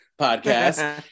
podcast